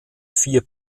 vier